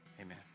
Amen